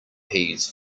peas